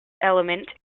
element